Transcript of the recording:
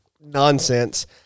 nonsense